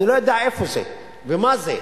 אני לא יודע איפה זה ומה זה,